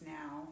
now